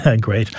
Great